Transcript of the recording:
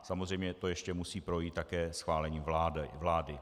Samozřejmě to ještě musí projít také schválením vlády.